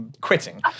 Quitting